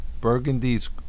Burgundy's